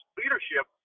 leadership